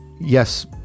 Yes